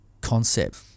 concept